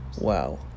Wow